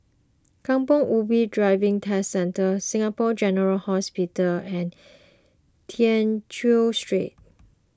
Kampong Ubi Driving Test Centre Singapore General Hospital and Tew Chew Street